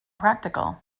practical